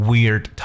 Weird